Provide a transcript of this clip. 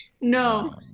no